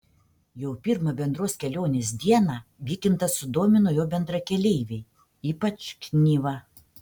jau pirmą bendros kelionės dieną vykintą sudomino jo bendrakeleiviai ypač knyva